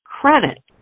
credit